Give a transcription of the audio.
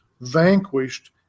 vanquished